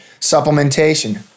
supplementation